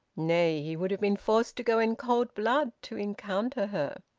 nay, he would have been forced to go in cold blood to encounter her.